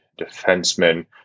defenseman